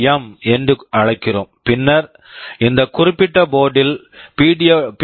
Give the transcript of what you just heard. M PWM என்று அழைக்கிறோம் பின்னர் இந்த குறிப்பிட்ட போர்ட்டு board ல் பி